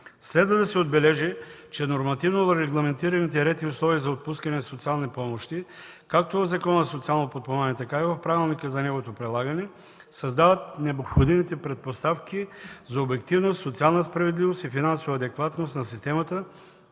Следва да се отбележи, че нормативно регламентираните ред и условия за отпускане на социални помощи както в Закона за социално подпомагане, така и в Правилника за неговото прилагане, създават необходимите предпоставки за обективност, социална справедливост и финансова адекватност на системата